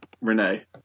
Renee